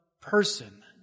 person